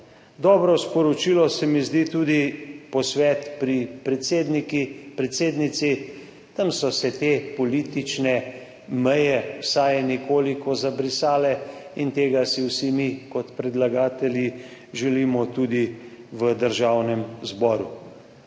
Dobro sporočilo se mi zdi tudi posvet pri predsednici. Tam so se te politične meje vsaj nekoliko zabrisale in tega si vsi mi kot predlagatelji želimo tudi v Državnem zboru.